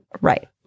Right